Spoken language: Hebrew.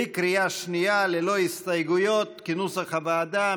בקריאה שנייה, ללא הסתייגויות, כנוסח הוועדה.